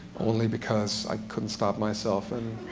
only because i couldn't stop myself. and